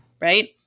Right